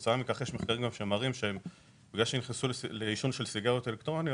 יש מחקרים שמראים שבני נוער שנכנסו לעישון של סיגריות אלקטרוניות,